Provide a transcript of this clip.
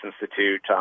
Institute